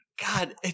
god